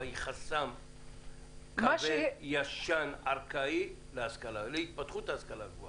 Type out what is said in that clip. אלא היא חסם ישן וארכאי להתפתחות ההשכלה הגבוהה.